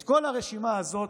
את כל הרשימה הזאת,